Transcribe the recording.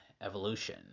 Evolution